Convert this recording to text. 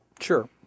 Sure